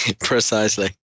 Precisely